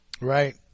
Right